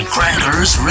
Cracker's